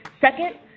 Second